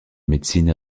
médecine